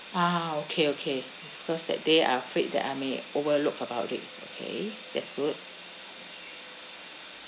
ah okay okay because that day I afraid that I may overlooked about it okay that's good